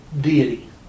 deity